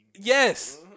Yes